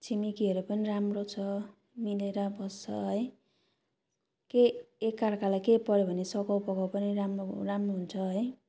छिमेकीहरू पनि राम्रो छ मिलेर बस्छ है के एकअर्कालाई केही पर्यो भने सघाउपघाउ पनि राम्रो राम्रो हुन्छ है